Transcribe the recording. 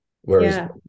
Whereas